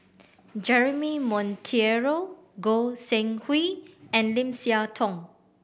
Jeremy Monteiro Goi Seng Hui and Lim Siah Tong